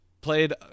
played